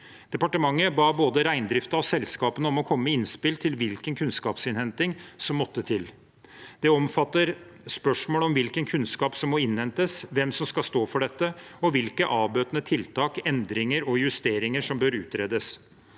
Departementet ba både reindriften og selskapene om å komme med innspill til hvilken kunnskapsinnhenting som måtte til. Det omfatter spørsmål om hvilken kunnskap som må innhentes, hvem som skal stå for dette, og hvilke avbøtende tiltak, endringer og justeringer som bør utredes.